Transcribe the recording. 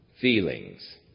feelings